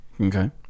okay